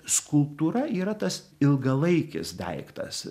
skulptūra yra tas ilgalaikis daiktas